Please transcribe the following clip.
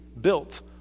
built